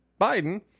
Biden